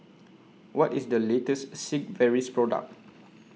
What IS The latest Sigvaris Product